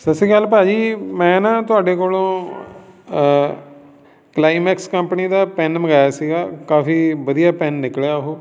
ਸਤਿ ਸ਼੍ਰੀ ਅਕਾਲ ਭਾਅ ਜੀ ਮੈਂ ਨਾ ਤੁਹਾਡੇ ਕੋਲੋਂ ਕਲਾਈਮੈਕਸ ਕੰਪਨੀ ਦਾ ਪੈੱਨ ਮੰਗਾਇਆ ਸੀਗਾ ਕਾਫੀ ਵਧੀਆ ਪੈੱਨ ਨਿਕਲਿਆ ਉਹ